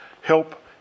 help